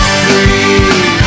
free